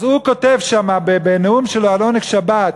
אז הוא כותב שם בנאום שלו על "עונג שבת",